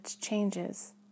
changes